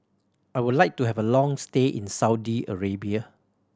I would like to have a long stay in Saudi Arabia